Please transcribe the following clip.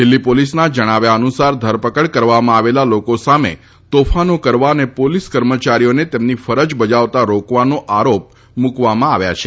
દિલ્ફી પોલીસના જણાવ્યા અનુસાર ધરપકડ કરવામાં આવેલા લોકો સામે તોફાનો કરવા અને પોલીસ કર્મચારીઓને તેમની ફરજ બજાવતા રોકવાનો આરોપ મૂકવામાં આવ્યા છે